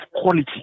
quality